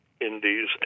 Indies